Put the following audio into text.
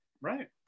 right